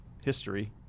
history